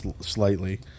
slightly